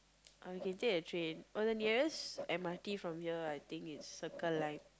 or you can take a train oh the nearest m_r_t from here I think is Circle Line